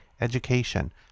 education